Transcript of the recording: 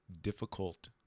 difficult